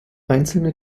einzelne